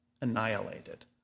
annihilated